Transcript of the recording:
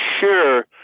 sure